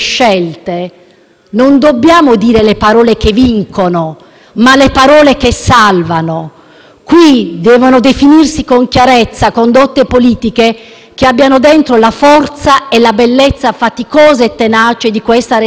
Qui devono definirsi con chiarezza condotte politiche che abbiano dentro la forza e la bellezza faticosa e tenace di questa responsabilità: una responsabilità da viversi in nome dell'umanità tutta.